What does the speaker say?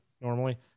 normally